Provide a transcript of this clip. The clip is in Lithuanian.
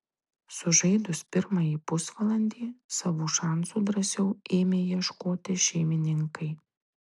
sužaidus pirmą pusvalandį savų šansų drąsiau ėmė ieškoti šeimininkai